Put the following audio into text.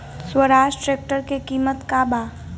Swaraj tractor के किमत का बा?